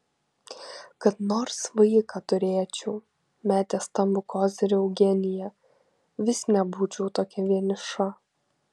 kad nors vaiką turėčiau metė stambų kozirį eugenija vis nebūčiau tokia vieniša